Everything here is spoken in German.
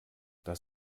das